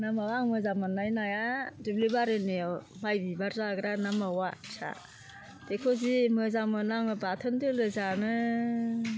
नामा आं मोजां मोनग्रा नाया दुब्लिबारिनि माइ बिबार जाग्रा ना मावा फिसा बेखौ जि मोजां मोनो आंङो बाथोन दोलो जानो